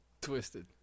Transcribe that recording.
Twisted